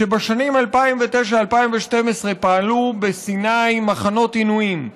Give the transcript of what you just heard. שבשנים 2009 2012 פעלו בסיני מחנות עינויים,